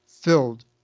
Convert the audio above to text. filled